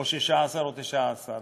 או 16 או 19,